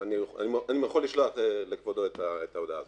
--- אני יכול לשלוח לכבודו את ההודעה הזאת.